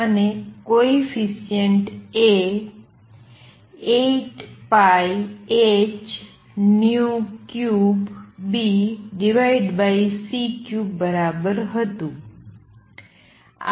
અને coefficient A એ 8πh3Bc3 બરાબર હતું